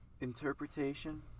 interpretation